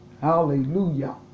Hallelujah